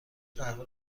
قهوه